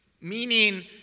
Meaning